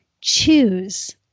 Choose